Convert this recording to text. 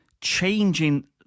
changing